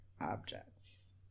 objects